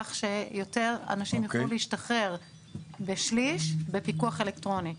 כך שיותר אנשים יוכלו להשתחרר בשליש בפיקוח אלקטרוני.